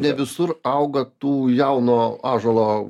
ne visur auga tų jauno ąžuolo